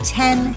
ten